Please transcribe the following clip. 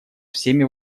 всеми